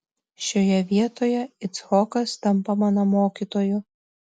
šioje vietoje icchokas tampa mano mokytoju